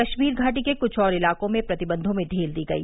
कश्मीर घाटी के कुछ और इलाकों में प्रतिबंधों में ढील दी गई